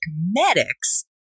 Medics